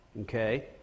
okay